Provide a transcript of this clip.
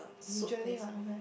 usually what no meh